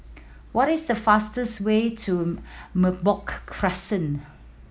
what is the fastest way to Merbok Crescent